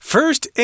First